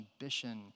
ambition